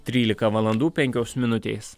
trylika valandų penkios minutės